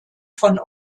von